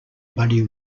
buddy